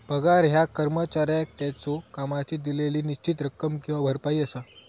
पगार ह्या कर्मचाऱ्याक त्याच्यो कामाची दिलेली निश्चित रक्कम किंवा भरपाई असा